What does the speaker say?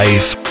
Life